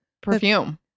perfume